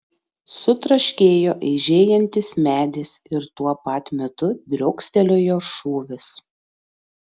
sutraškėjo eižėjantis medis ir tuo pat metu driokstelėjo šūvis